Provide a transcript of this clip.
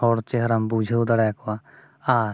ᱦᱚᱲ ᱪᱮᱦᱨᱟᱢ ᱵᱩᱡᱷᱟᱹᱣ ᱫᱟᱲᱮᱭ ᱟᱠᱚᱣᱟ ᱟᱨ